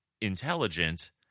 intelligent